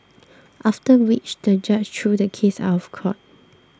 after which the judge threw the case out of court